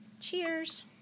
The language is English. Cheers